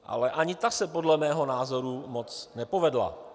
Ale ani ta se podle mého názoru moc nepovedla.